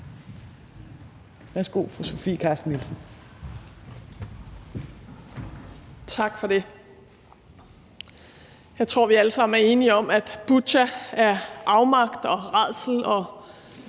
Tak for det. Jeg tror, vi alle sammen er enige om, at Butja er afmagt og rædsel,